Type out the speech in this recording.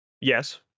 Yes